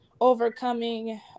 overcoming